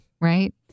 Right